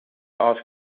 ask